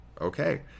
okay